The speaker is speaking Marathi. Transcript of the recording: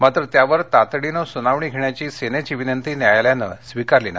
मात्र त्यावर तातडीनं सुनावणीघेण्याची सेनेची विनंती न्यायालयानं स्वीकारली नाही